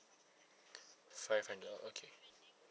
five hundred dollar okay